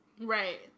Right